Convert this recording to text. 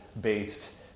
based